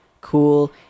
cool